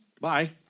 bye